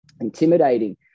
intimidating